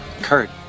Kurt